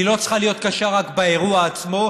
היא לא צריכה להיות קשה רק באירוע עצמו,